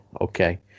okay